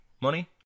money